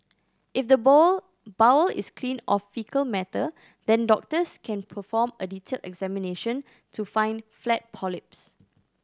if the bowl bowel is clean of faecal matter then doctors can perform a detailed examination to find flat polyps